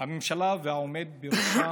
הממשלה והעומד בראשה